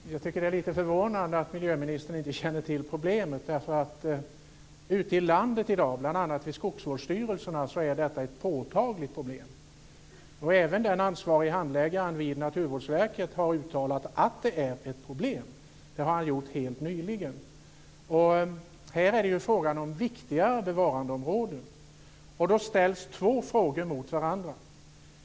Fru talman! Jag tycker att det är lite förvånande att miljöministern inte känner till problemet. Ute i landet i dag, bl.a. vid skogsvårdsstyrelserna, är detta ett påtagligt problem. Även den ansvarige handläggaren vid Naturvårdsverket har uttalat att det är ett problem. Detta har han gjort helt nyligen. Här är det fråga om viktiga bevarandeområden. Då ställs två frågor mot varandra.